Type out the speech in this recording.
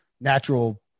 natural